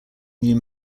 new